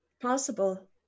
possible